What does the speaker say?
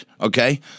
okay